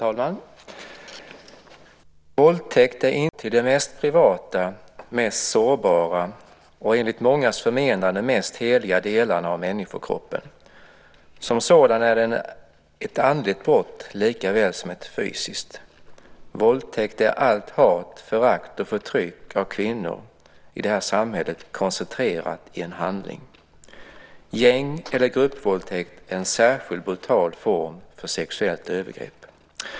Herr talman! Våldtäkt är intrång med våld till det mest privata, mest sårbara och enligt mångas förmenande mest heliga delarna av människokroppen. Som sådan är den ett andligt brott likaväl som ett fysiskt. Våldtäkt är allt hat, förakt och förtryck av kvinnor i det här samhället koncentrerat i en handling. Gäng eller gruppvåldtäkt är en särskilt brutal form av sexuellt övergrepp.